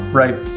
right